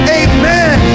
amen